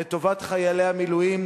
לטובת חיילי המילואים,